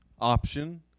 option